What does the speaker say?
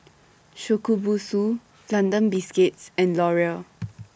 Shokubutsu London Biscuits and Laurier